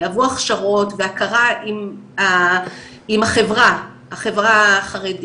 יעברו הכשרות והכרה עם החברה החרדית,